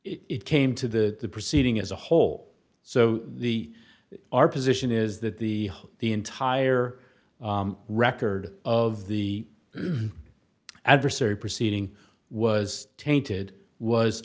it came to the proceeding as a whole so the our position is that the the entire record of the adversary proceeding was tainted was